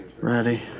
Ready